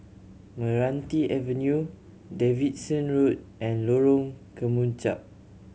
Meranti Avenue Davidson Road and Lorong Kemunchup